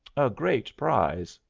a great prize.